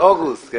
באוגוסט 2018?